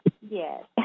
yes